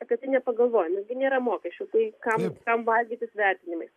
apie tai nepagalvoja nugi nėra mokesčių tai kam kam vargintis su vertinimais